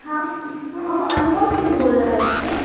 हँ हम अनुपम सिंघ बोल रहल छिऐ